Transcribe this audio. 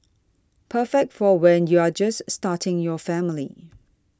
perfect for when you're just starting your family